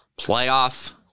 playoff